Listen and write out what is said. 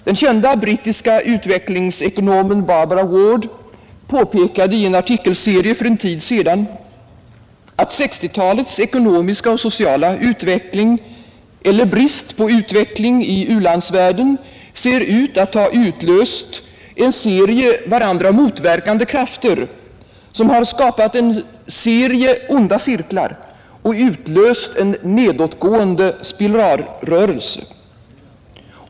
Den kända brittiska utvecklingsekonomen Barbara Ward påpekade i en artikelserie för en tid sedan att 1960-talets ekonomiska och sociala utveckling, eller brist på utveckling i u-landsvärlden, ser ut att ha utlöst en serie varandra motverkande krafter, som har skapat en serie onda cirklar och en nedåtgående spiralrörelse.